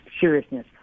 seriousness